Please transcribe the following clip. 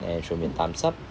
and show me thumbs up